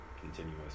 continuous